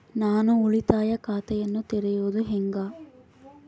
ನಾನು ಉಳಿತಾಯ ಖಾತೆಯನ್ನ ತೆರೆಯೋದು ಹೆಂಗ?